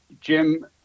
Jim